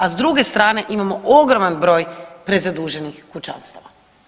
A s druge strane imamo ogroman broj prezaduženih kućanstava.